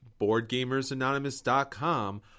BoardGamersAnonymous.com